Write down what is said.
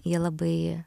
jie labai